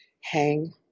hang